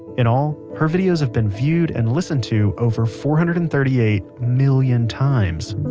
in all, her videos have been viewed and listened to over four hundred and thirty eight million times